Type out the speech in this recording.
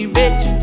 rich